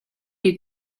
you